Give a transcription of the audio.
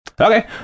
Okay